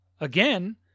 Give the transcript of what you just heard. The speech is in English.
again